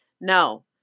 no